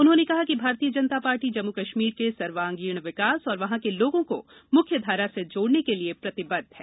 उन्होंने कहा कि भारतीय जनता पार्टी जम्मू कश्मीर के सर्वांगीण विकास और वहां के लोगों को मुख्य धारा से जोड़ने के लिए प्रतिबद्ध है